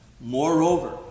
Moreover